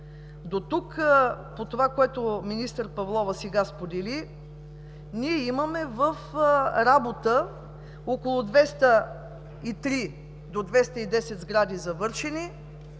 Дотук, това, което министър Павлова сподели – ние имаме в работа около 203 до 210 завършени